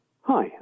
Hi